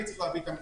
אני צריך הכול.